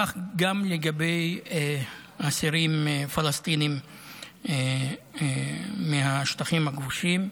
כך גם לגבי אסירים פלסטינים מהשטחים הכבושים.